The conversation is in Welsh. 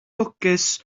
lwcus